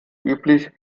üblich